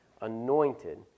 anointed